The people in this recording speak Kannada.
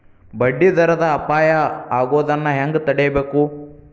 ಬಡ್ಡಿ ದರದ್ ಅಪಾಯಾ ಆಗೊದನ್ನ ಹೆಂಗ್ ತಡೇಬಕು?